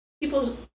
People